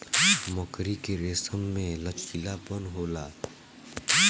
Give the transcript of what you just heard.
मकड़ी के रेसम में लचीलापन होला